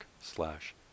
slash